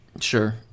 Sure